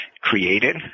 created